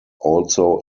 also